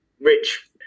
rich